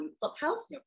Clubhouse